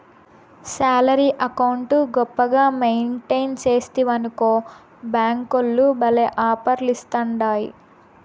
salary account గొప్పగా maintain సేస్తివనుకో బ్యేంకోల్లు భల్లే ఆపర్లిస్తాండాయి